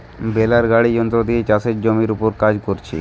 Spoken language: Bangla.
বেলার গাড়ি যন্ত্র দিয়ে চাষের জমির উপর কাজ কোরছে